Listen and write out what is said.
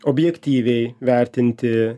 objektyviai vertinti